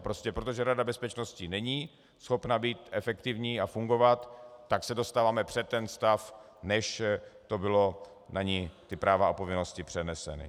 Prostě protože Rada bezpečnosti není schopna být efektivní a fungovat, tak se dostáváme před stav, než byla na ni práva a povinnosti přenesena.